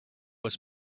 was